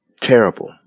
terrible